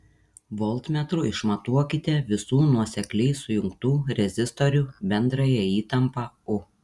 voltmetru išmatuokite visų nuosekliai sujungtų rezistorių bendrąją įtampą u